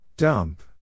Dump